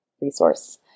resource